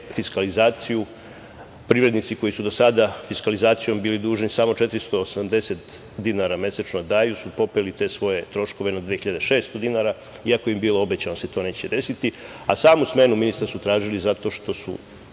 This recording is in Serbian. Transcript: e-fiskalizaciju privrednici koji su do sada fiskalizacijom bili dužni samo 480 dinara mesečno popeli te svoje troškove na 2.600 dinara, iako im je bilo obećano da se to neće desiti, a samu smenu ministra su tražili zato što su